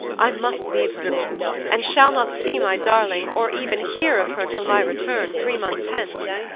i must leave her there and shall not see my darling, or even hear of her till my return, three months hence.